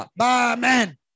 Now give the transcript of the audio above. Amen